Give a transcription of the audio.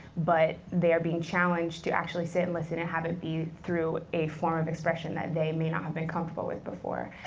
but they are being challenged to actually see it and listen, and have it be through a form of expression and they may not have been comfortable with before.